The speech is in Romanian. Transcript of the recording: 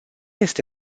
este